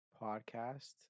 podcast